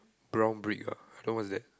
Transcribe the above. brown brick ah I don't know what's that